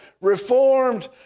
Reformed